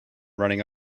running